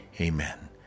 amen